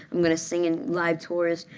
i'm going to sing in live tours.